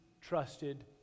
trusted